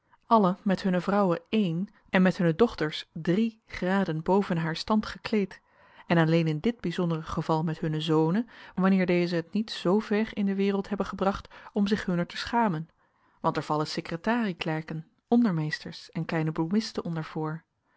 allen met hunne vrouwen één en met hunne dochters drie graden boven haar stand gekleed en alleen in dit bijzondere geval met hunne zonen wanneer deze het niet z ver in de wereld hebben gebracht om zich hunner te schamen want er vallen secretarieklerken ondermeesters en kleine bloemisten onder